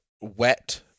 wet